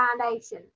foundation